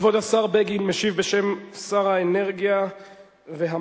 כבוד השר בגין משיב בשם שר האנרגיה והמים,